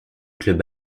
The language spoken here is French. club